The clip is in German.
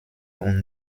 und